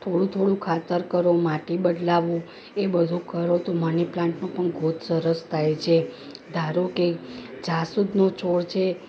થોડું થોડું ખાતર કરો માટી બદલાવો એ બધું કરો તો મનીપ્લાન્ટનો પણ ગ્રોથ સરસ થાય છે ધારો કે જાસૂદનો છોડ છે